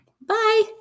Bye